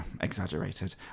exaggerated